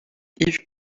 yves